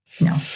No